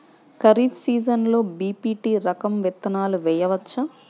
ఖరీఫ్ సీజన్లో బి.పీ.టీ రకం విత్తనాలు వేయవచ్చా?